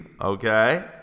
Okay